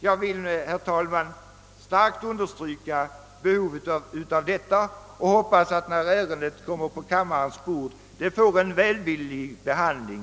Jag vill, herr talman, starkt understryka behovet av detta och hoppas att ärendet när det kommer på kammarens bord får en väl villig behandling.